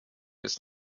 ist